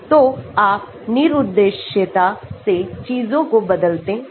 तो आप निरुद्देश्यता से चीजों को बदलते हैं